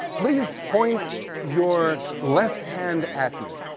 please point your left hand at me.